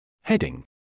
Heading